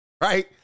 Right